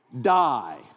die